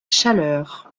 chaleur